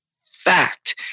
fact